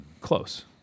Close